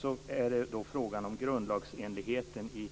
Sedan var det frågan om grundlagsenligheten i